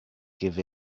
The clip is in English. give